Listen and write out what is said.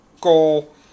goal